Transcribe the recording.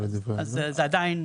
אז זה עדיין